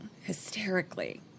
hysterically